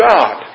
God